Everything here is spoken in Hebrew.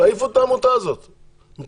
תעיפו את העמותה הזאת מבחינתכם.